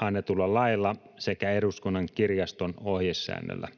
annetulla lailla sekä Eduskunnan kirjaston ohjesäännöllä.